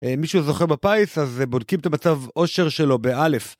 מישהו זוכר בפייס אז בודקים את המצב עושר שלו באלף